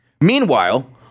Meanwhile